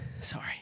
Sorry